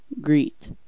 greet